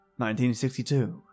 1962